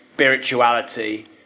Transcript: spirituality